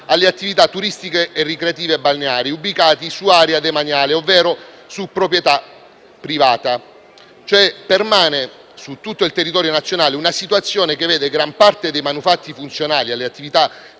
alle attività turistiche e ricreative balneari ubicati su area demaniale, ovvero su proprietà privata. Permane su tutto il territorio nazionale l'impossibilità per la gran parte dei manufatti funzionali alle attività